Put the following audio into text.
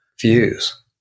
views